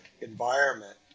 environment